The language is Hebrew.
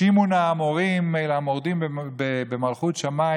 "שמעו נא המורים" אל המורדים במלכות שמיים